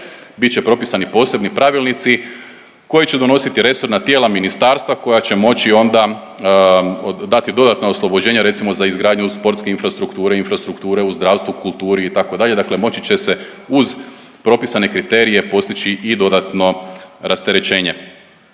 bit će propisani posebni pravilnici koje će donositi resorna tijela, ministarstva koja će moći onda dati dodatna oslobođenja, recimo za izgradnju sportske infrastrukture, infrastrukture u zdravstvu, kulturi itd., dakle moći će se uz propisane kriterije postići i dodatno rasterećenje.